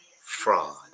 fraud